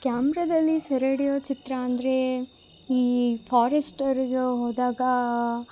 ಕ್ಯಾಮ್ರದಲ್ಲಿ ಸೆರೆ ಹಿಡಿಯೋ ಚಿತ್ರ ಅಂದರೆ ಈ ಫೋರೆಸ್ಟರಿಗೆ ಹೋದಾಗ